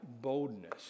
boldness